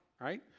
right